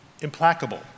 implacable